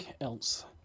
else